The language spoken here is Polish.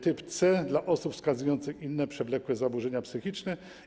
Typ C - dla osób wykazujących inne przewlekłe zaburzenia psychiczne.